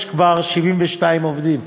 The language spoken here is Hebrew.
ומהם יש כבר 72 עובדים.